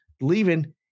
leaving